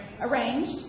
Arranged